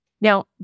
Now